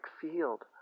field